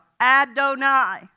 Adonai